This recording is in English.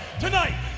tonight